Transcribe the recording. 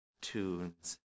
tunes